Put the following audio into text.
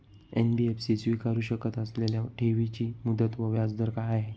NBFC स्वीकारु शकत असलेल्या ठेवीची मुदत व व्याजदर काय आहे?